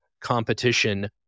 competition